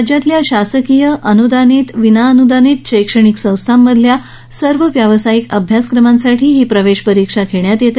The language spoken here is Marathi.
राज्यातील शासकीय अनुदानित विनाअनुदानित शैक्षणिक संस्थांमधील सर्व व्यावसायिक अभ्यासक्रमांसाठी ही प्रवेश परीक्षा घेण्यात येते